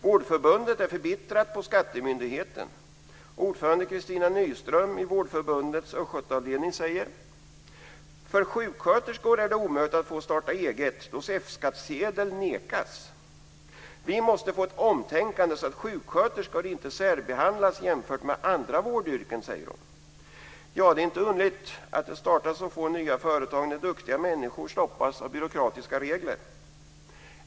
Vårdförbundet är förbittrat på skattemyndigheten. Ordförande Kristina Nyström i Vårdförbundets Östgötaavdelning säger: För sjuksköterskor är det omöjligt att få starta eget då F-skattsedel nekas. Vi måste få ett omtänkande så att sjuksköterskor inte särbehandlas jämfört med andra vårdyrken, säger hon. Det är inte underligt att det startas så få nya företag när duktiga människor stoppas av byråkratiska regler.